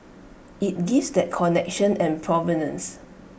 IT gives that connection and provenance